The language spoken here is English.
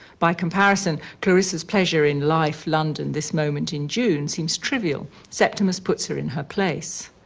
by comparison, clarissa's pleasure in life, london, this moment in june, seems trivial. septimus puts her in her place.